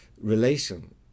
relation